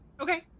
okay